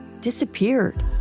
disappeared